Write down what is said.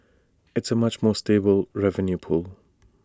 it's A much more stable revenue pool